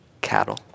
cattle